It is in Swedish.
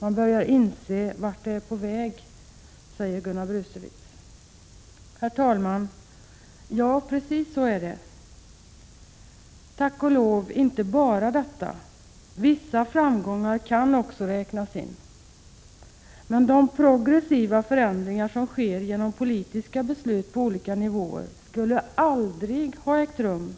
Man börjar inse vart det är på väg, säger Gunnar Brusewitz. Herr talman! Ja, precis så är det. Men tack och lov är det inte bara så — vissa framgångar kan också räknas in. Men de progressiva förändringar som sker genom politiska beslut på olika nivåer skulle aldrig ha ägt rum